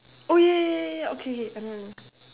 oh ya ya ya ya ya okay K I know I know